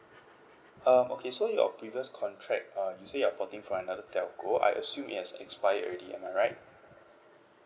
uh okay so your previous contract uh you say you are porting from another telco I assume it has expired already am I right